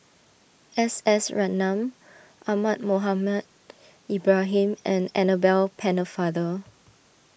S S Ratnam Ahmad Mohamed Ibrahim and Annabel Pennefather